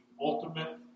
ultimate